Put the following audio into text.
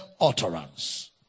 utterance